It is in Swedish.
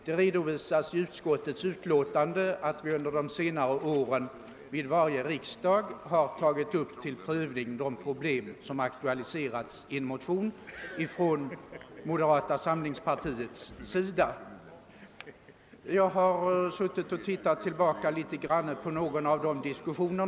Det redovisas i utskottets utlåtande att vi under de senaste åren vid varje riksdag tagit upp till prövning de problem som nu aktualiserats i en motion från moderata samlingspartiet. Jag har tittat tillbaka litet grand på dessa diskussioner.